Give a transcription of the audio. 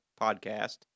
podcast